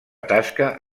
tasca